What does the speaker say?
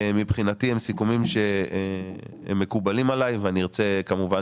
מבחינתי הם סיכומים שמקובלים עלי ואני ארצה כמובן